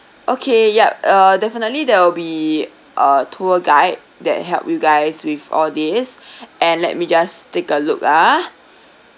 okay yup uh definitely there will be a tour guide that help you guys with all this and let me just take a look ah